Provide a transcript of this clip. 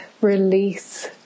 release